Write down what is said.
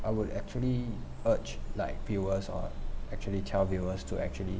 I would actually urge like viewers or actually tell viewers to actually